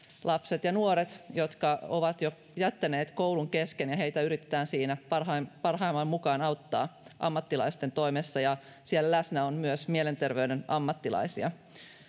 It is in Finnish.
lapset ja nuoret jotka ovat jo jättäneet koulun kesken ja heitä yritetään siinä parhaimman parhaimman mukaan auttaa ammattilaisten toimesta ja siellä läsnä on myös mielenterveyden ammattilaisia